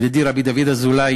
ידידי ר' דוד אזולאי